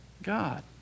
God